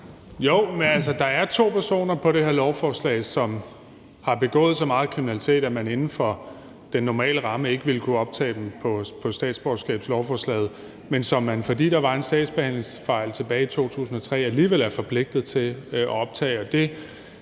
Jo, der er to personer på det her lovforslag, som har begået så meget kriminalitet, at man inden for den normale ramme ikke ville kunne optage dem på statsborgerskabslovforslaget, men som man, fordi der var en sagsbehandlingsfejl tilbage i 2003, alligevel er forpligtet til at optage.